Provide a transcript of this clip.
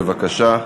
בבקשה.